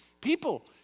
people